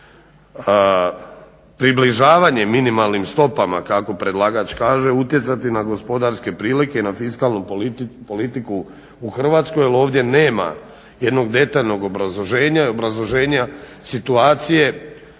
približavanje minimalnim stopama kako predlagač kaže utjecati na gospodarske prilike na fiskalnu politiku u Hrvatskoj jel ovdje nema jednog detaljnog obrazloženja i obrazloženja situacije